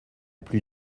plus